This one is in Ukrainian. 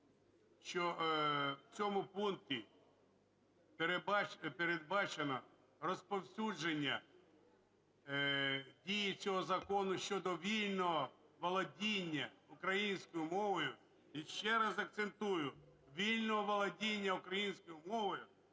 що в цьому пункті передбачено розповсюдження дії цього закону щодо вільного володіння українською мовою, і ще раз акцентую – вільного володіння українською мовою,